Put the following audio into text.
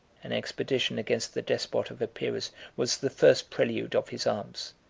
an expedition against the despot of epirus was the first prelude of his arms.